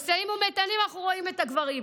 במשאים ומתנים אנחנו רואים את הגברים.